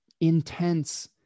intense